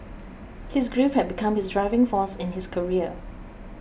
his grief have become his driving force in his career